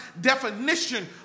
definition